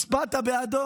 הצבעת בעדו?